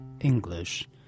English